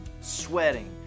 sweating